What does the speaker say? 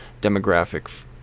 demographic